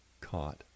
caught